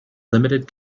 limited